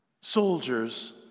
Soldiers